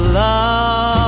love